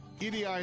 EDI